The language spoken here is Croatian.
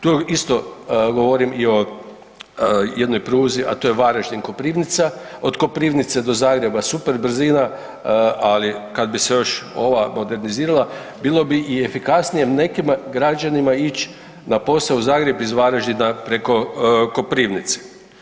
To isto govorim i o jednoj pruzi, a to je Varaždin-Koprivnica, od Koprivnice do Zagreba super brzina, ali kad bi se još ova modernizirala bilo bi i efikasnije nekima građanima ić na posao u Zagreb iz Varaždina preko Koprivnice.